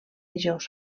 dijous